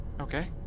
Okay